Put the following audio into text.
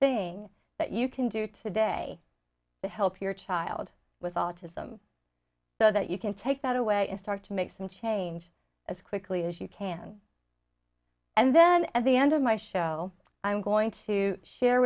thing that you can do today to help your child with autism so that you can take that away and start to make some change as quickly as you can and then at the end of my show i'm going to share